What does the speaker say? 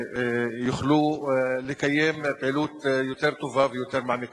שיוכלו לקיים פעילות יותר טובה ויותר מעמיקה.